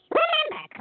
remember